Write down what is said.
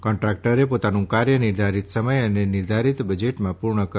કોન્ટ્રાકટરે પોતાનું કાર્ય નિર્ધારીત સમય અને નિર્ધારીત બજેટમાં પૂર્ણ કરવાનું હોય છે